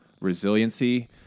resiliency